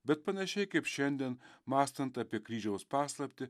bet panašiai kaip šiandien mąstant apie kryžiaus paslaptį